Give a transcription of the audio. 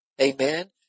amen